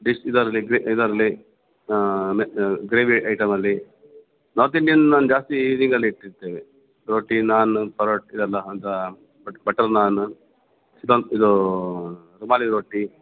ಡಿಸ್ ಇದರಲ್ಲಿ ಇದರಲ್ಲಿ ಮೆ ಗ್ರೇವಿ ಐಟಮಲ್ಲಿ ನಾರ್ತ್ ಇಂಡಿಯನ್ನನ್ನ ಜಾಸ್ತಿ ಇವ್ನಿಂಗಲ್ಲಿ ಇಟ್ಟಿರ್ತೇವೆ ರೋಟಿ ನಾನ್ ಪರೋಟ ಇದೆಲ್ಲ ಅಂತ ಬಟ್ ಬಟರ್ ನಾನ್ ಚಿಕನ್ ಇದು ರುಮಾಲಿ ರೊಟ್ಟಿ